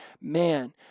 man